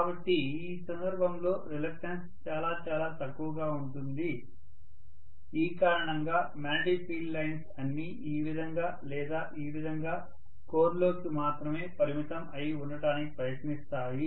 కాబట్టి ఈ సందర్భంలో రిలక్టన్స్ చాలా చాలా తక్కువగా ఉంటుంది ఈ కారణంగా మాగ్నెటిక్ ఫీల్డ్ లైన్స్ అన్నీ ఈ విధంగా లేదా ఈ విధంగా కోర్ లోకి మాత్రమే పరిమితం అయి ఉండడానికి ప్రయత్నిస్తాయి